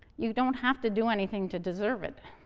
you don't have to do anything to deserve it.